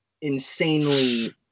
insanely